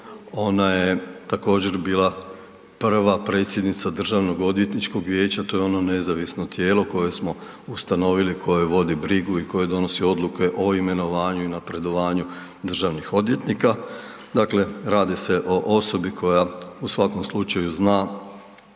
ona je također bila prva predsjednica Državnog odvjetničkog vijeća, to je ono nezavisno tijelo koje smo ustanovili, koje vodi brigu i koje donosi odluke o imenovanju i napredovanju državnih odvjetnika. Dakle, radi se o osobi koja u svakom slučaju zna